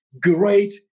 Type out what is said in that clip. great